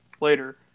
later